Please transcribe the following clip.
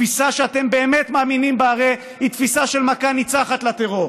התפיסה שאתם באמת מאמינים בה היא הרי תפיסה של מכה ניצחת לטרור;